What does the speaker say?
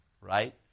right